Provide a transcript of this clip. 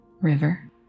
River